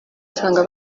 usanga